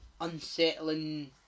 unsettling